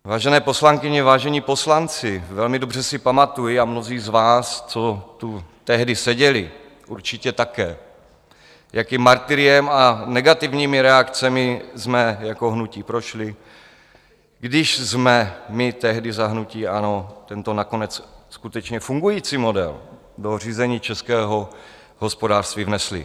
Vážené poslankyně, vážení poslanci, velmi dobře si pamatuji, a mnozí z vás, co tu tehdy seděli, určitě také, jakým martyriem a negativními reakcemi jsme jako hnutí prošli, když jsme my tehdy za hnutí ANO tento nakonec skutečně fungující model do řízení českého hospodářství vnesli.